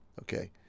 okay